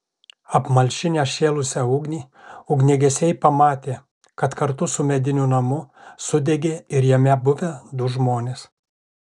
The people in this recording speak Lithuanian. apmalšinę šėlusią ugnį ugniagesiai pamatė kad kartu su mediniu namu sudegė ir jame buvę du žmonės